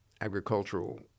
agricultural